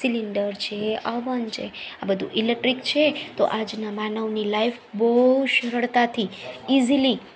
cylinder છે oven છે આ બધુ ઇલેક્ટ્રિક છે તો આજના માનવની લાઈફ બહુ સરળતાથી ઈઝીલી